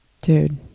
dude